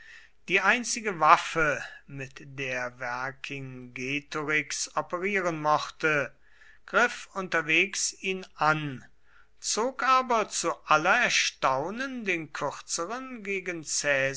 die einzige waffe mit der vercingetorix operieren mochte griff unterwegs ihn an zog aber zu aller erstaunen den kürzeren gegen